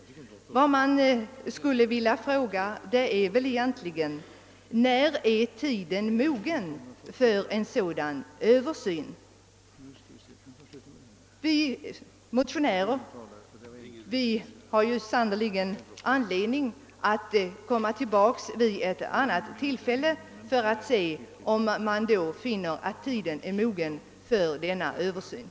Man skulle vilja fråga när är tiden egentligen mogen för en sådan översyn som vi föreslagit. Vi motionärer har sannerligen anledning att komma tillbaka vid ett annat tillfälle för att höra om tiden då är mogen för en översyn av lagen om allmän försäkring.